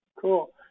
cool